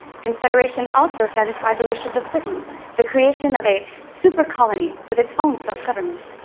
confederation also satisfied the wishes of britain the creation of a super colony, with its own self-government.